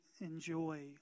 enjoy